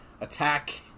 attack